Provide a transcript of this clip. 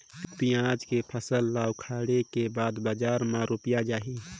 पियाज के फसल ला उखाड़े के बाद बजार मा रुपिया जाही?